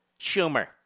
Schumer